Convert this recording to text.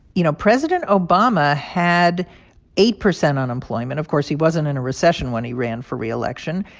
you know, president obama had eight percent unemployment of course, he wasn't in a recession when he ran for reelection.